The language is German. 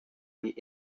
die